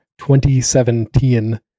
2017